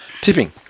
Tipping